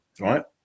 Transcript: right